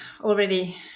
already